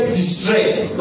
distressed